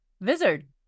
wizard